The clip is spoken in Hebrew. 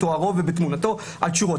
בתוארו ובתמונתו על תשורות.